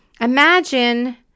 imagine